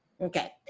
okay